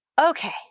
okay